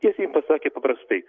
tiesiai pasakė paprastai